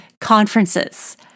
conferences